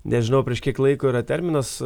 nežinau prieš kiek laiko yra terminas